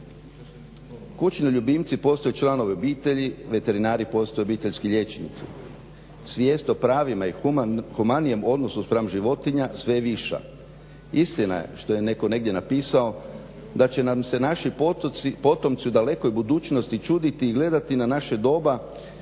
Kućni ljubimci postaju članovi obitelji, veterinari postaju obiteljski liječnici. Svijest o pravima i humanijem odnosu spram životinja sve je viša. Istina je, što je netko negdje napisao da će nam se naši potomci u dalekoj budućnosti čuditi i gledati na naše doba